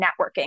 networking